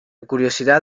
curiosidad